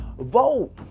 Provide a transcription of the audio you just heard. vote